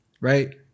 right